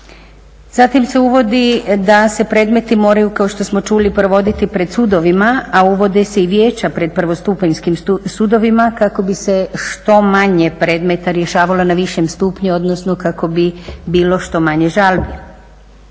Zatim se uvodi da se predmeti moraju, kao što smo čuli, provoditi pred sudovima a uvode se i vijeća pred prvostupanjskim sudovima kako bi se što manje predmeta rješavalo na višem stupnju odnosno kako bi bilo što manje žalbi.